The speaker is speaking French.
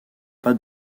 pas